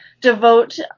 devote